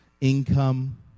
income